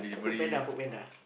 FoodPanda FoodPanda